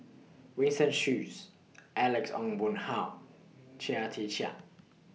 Winston Choos Alex Ong Boon Hau Chia Tee Chiak